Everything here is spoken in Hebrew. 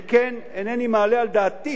שכן אינני מעלה על דעתי